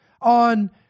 on